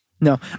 No